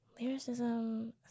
Lyricism